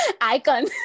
icon